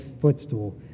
footstool